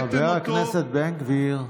חבר הכנסת בן גביר.